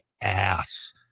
ass